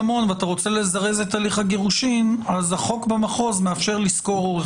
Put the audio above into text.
והאוצר על מנת לוודא שיש מענה תקציבי ותקנון בשביל לאפשר את ההרחבה